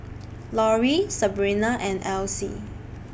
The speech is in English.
Lauri Sabrina and Alcie